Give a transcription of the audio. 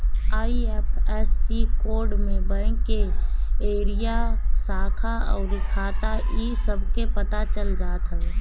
IFSC code से bank के area, शाखा अउरी खाता इ सब के पता चल जात हवे